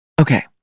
Okay